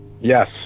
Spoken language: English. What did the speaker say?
Yes